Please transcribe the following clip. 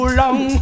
long